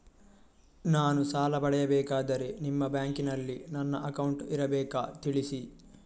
ನಾನು ಸಾಲ ಪಡೆಯಬೇಕಾದರೆ ನಿಮ್ಮ ಬ್ಯಾಂಕಿನಲ್ಲಿ ನನ್ನ ಅಕೌಂಟ್ ಇರಬೇಕಾ ತಿಳಿಸಿ?